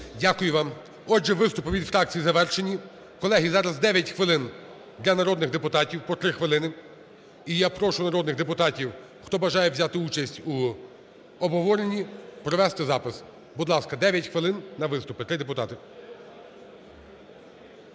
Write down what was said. Дякую вам. Отже, виступи від фракцій завершені. Колеги, зараз 9 хвилин для народних депутатів, по 3 хвилини. І я прошу народних депутатів, хто бажає взяти участь у обговоренні, провести запис. Будь ласка, 9 хвилин на виступи. Три депутати. Галасюк